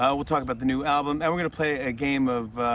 ah we'll talk about the new album, and we're going to play a game of